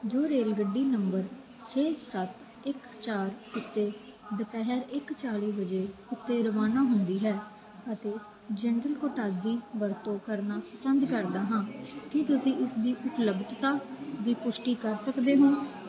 ਜੋ ਰੇਲਗੱਡੀ ਨੰਬਰ ਛੇ ਸੱਤ ਇੱਕ ਚਾਰ ਉੱਤੇ ਦੁਪਹਿਰ ਇੱਕ ਚਾਲੀ ਵਜੇ ਉੱਤੇ ਰਵਾਨਾ ਹੁੰਦੀ ਹੈ ਅਤੇ ਜਨਰਲ ਕੋਟਾ ਦੀ ਵਰਤੋਂ ਕਰਨਾ ਪਸੰਦ ਕਰਦਾ ਹਾਂ ਕੀ ਤੁਸੀਂ ਇਸ ਦੀ ਉਪਲੱਬਧਤਾ ਦੀ ਪੁਸ਼ਟੀ ਕਰ ਸਕਦੇ ਹੋ